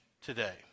today